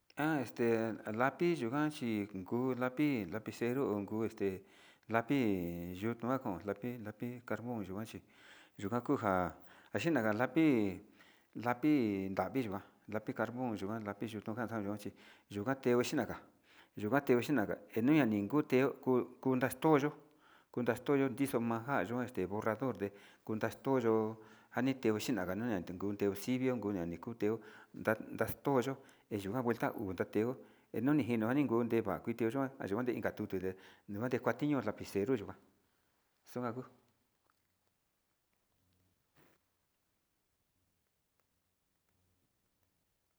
An este lapi kuan chi kuu lapi, lapicero onkuu este lapi yunukon lapi carbon yikuan chi yuu ka'a kunja naxhikuan an lapi lapi nravi yikuan lapi carbon yikuan lapi yutukan xanrio vichi yuu kateo xhinaga yuu kateo xhinaga eni aneguteo kuu kunextu yo'o kunaxtoyo dixo'o ma'a ajan xo nri borrador nde kutan toyo'o njani xhianu xhinaga kundeo tenguu kundeo xinrio kundea niko'o kundeo ndax daxtoyo eyuu kuan kundateo enoni kunde yuun ndeva'a kuiten yikuan undeo inka tute ndekuatineo lapicero yikuan xongan njuu.